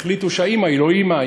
החליטו שהאימא היא לא אימא,